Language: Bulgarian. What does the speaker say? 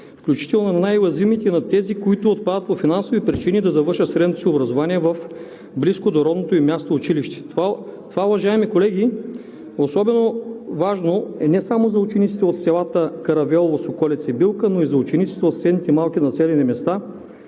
включително най-уязвимите – на тези, които отпадат по финансови причини, да завършат средното си образование в близко до родното им място училище. Това, уважаеми колеги, е особено важно не само за учениците от селата Каравелово, Соколица и Билка, но и за учениците от съседните малки населени места,